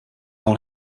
all